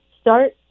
Start